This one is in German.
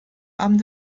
abend